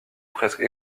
presque